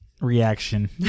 reaction